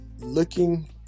looking